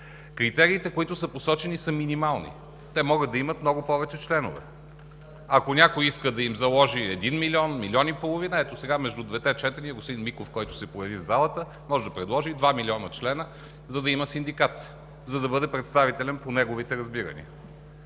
Критериите, които са посочени, са минимални. Те могат да имат много повече членове. Ако някой иска да им заложи един милион, милион и половина – ето сега, между двете четения, господин Миков, който се появи в залата, може да предложи и два милиона члена, за да има синдикат, за да бъде представителен по неговите разбирания.